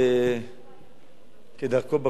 כדרכו בקודש של חבר הכנסת אלדד,